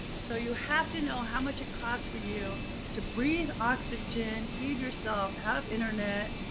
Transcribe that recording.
so you have to know how much it costs for you to breathe oxygen, feed yourself, have internet,